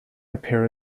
appear